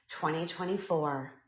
2024